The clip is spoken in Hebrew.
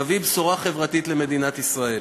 נביא בשורה חברתית למדינת ישראל.